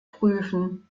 prüfen